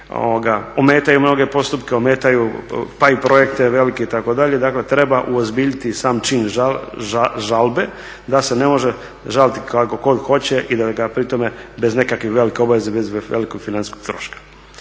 ometaju mnoge postupke, pa i projekte …, itd., dakle treba uozbiljiti sam čin žalbe da se ne može žaliti kako tko hoće i da ga pri tome bez neke velike obaveze, bez velikog financijskog troška.